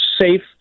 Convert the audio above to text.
safe